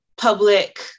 public